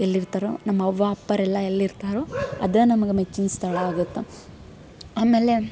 ಎಲ್ಲಿರ್ತಾರೊ ನಮ್ಮವ್ವ ಅಪ್ಪಾರು ಎಲ್ಲ ಎಲ್ಲಿರ್ತಾರೊ ಅದೇ ನಮ್ಗೆ ಮೆಚ್ಚಿನ ಸ್ಥಳ ಆಗುತ್ತೆ ಆಮೇಲೆ